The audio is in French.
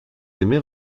aimez